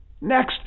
next